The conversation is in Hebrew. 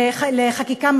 לחקיקה,